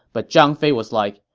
but zhang fei was like,